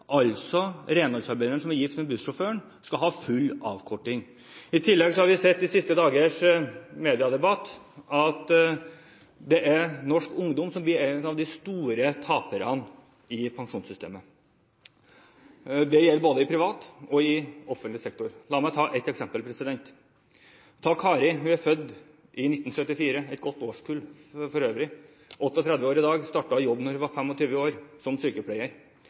med bussjåføren, skal ha full avkorting. I tillegg har vi i de siste dagers mediedebatt sett at det er norsk ungdom som blir en av de store taperne i pensjonssystemet. Det gjelder både i privat og i offentlig sektor. La meg ta ett eksempel: Kari er født i 1974 – for øvrig et godt årskull. Hun er 38 år i dag og startet å jobbe som sykepleier da hun var 25 år.